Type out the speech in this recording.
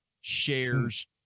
shares